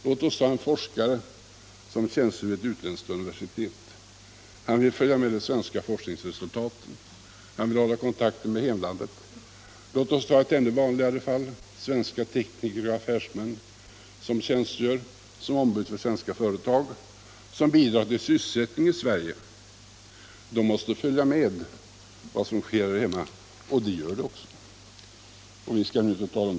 Låt oss ta en forskare som tjänstgör vid ett utländskt universitet. Han vill följa de svenska forskningsresultaten. Han vill hålla kontakten med hemlandet. Låt oss ta ett ännu vanligare fall: svenska tekniker och affärsmän som tjänstgör såsom ombud för svenska företag och som bidrar till sysselsättningen i Sverige. De måste följa vad som sker här hemma och de gör det också.